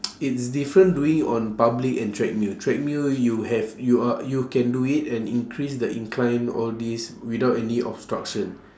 it's different doing it on public and treadmill treadmill you have you are you can do it and increase the incline all these without any obstruction